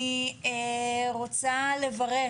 אני רוצה לברך